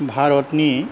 भारतनि